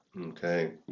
Okay